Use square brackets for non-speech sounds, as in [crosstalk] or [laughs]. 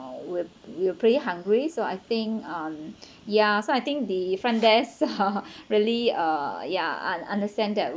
uh we we're pretty hungry so I think uh ya so I think the front desk [laughs] really uh yeah un~ understand that